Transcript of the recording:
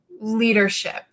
leadership